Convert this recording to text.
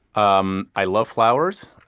um i love flowers.